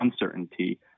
uncertainty